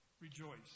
Rejoice